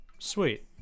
Sweet